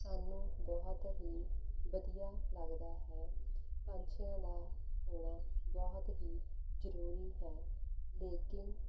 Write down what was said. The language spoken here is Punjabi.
ਸਾਨੂੰ ਬਹੁਤ ਹੀ ਵਧੀਆ ਲੱਗਦਾ ਹੈ ਪੰਛੀਆਂ ਦਾ ਹੋਣਾ ਬਹੁਤ ਹੀ ਜ਼ਰੂਰੀ ਹੈ ਲੇਕਿਨ